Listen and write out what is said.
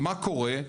מה קורה?